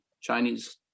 Chinese